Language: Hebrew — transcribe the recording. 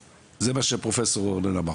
זה מה שפרופ' ארנון אמר.